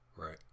Right